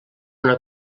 una